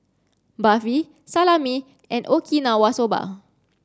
Barfi Salami and Okinawa Soba